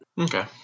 okay